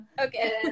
Okay